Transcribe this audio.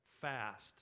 fast